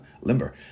Limber